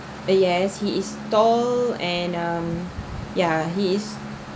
uh yes he is tall and um yeah he is